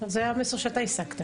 זה המסר שאתה הסקת.